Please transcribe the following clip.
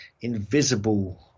invisible